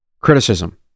criticism